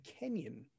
kenyan